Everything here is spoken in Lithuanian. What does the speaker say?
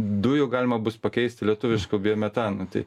dujų galima bus pakeisti lietuvišku biometanu tai